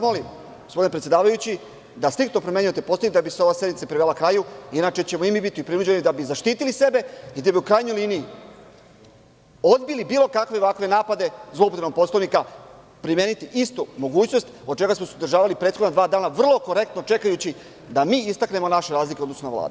Molim vas gospodine predsedavajući da striktno primenjujete Poslovnik da bi se ova sednica privela kraju, inače ćemo i mi biti prinuđeni da bi zaštitili sebe i u krajnjoj liniji da bi odbili bilo kakve napade zloupotrebe Poslovnika, primeniti istu mogućnost od čega smo se uzdržavali prethodna dva dana vrlo korektno, čekajući da istaknemo naše razlike u odnosu na Vladu.